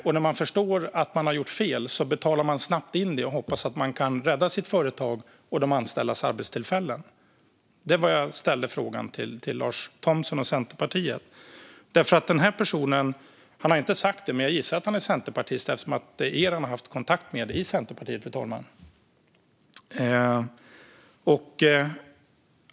När företagaren förstod att han gjort fel betalade han snabbt in pengarna igen och hoppades att han skulle kunna rädda sitt företag och de anställdas arbetstillfällen. Jag ställde en fråga om detta till Lars Thomsson och Centerpartiet. Den här personen har inte sagt att han är centerpartist, men jag gissar att han är det eftersom det är er i Centerpartiet han har haft kontakt med.